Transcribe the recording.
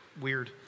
weird